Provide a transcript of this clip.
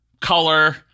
color